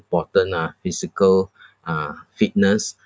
important uh physical uh fitness